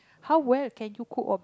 how well can you cook or bake